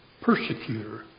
persecutor